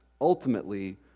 ultimately